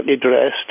dressed